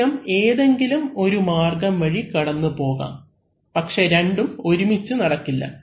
system ഏതെങ്കിലും ഒരു മാർഗ്ഗം വഴി കടന്നുപോകാം പക്ഷേ രണ്ടും ഒരുമിച്ച് നടക്കില്ല